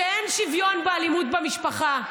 שאין שוויון באלימות במשפחה.